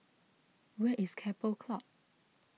where is Keppel Club